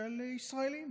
של ישראלים,